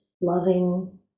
loving